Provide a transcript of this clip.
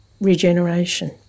Regeneration